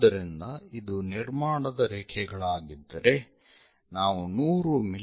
ಆದ್ದರಿಂದ ಇದು ನಿರ್ಮಾಣದ ರೇಖೆಗಳಾಗಿದ್ದರೆ ನಾವು 100 ಮಿ